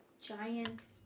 giant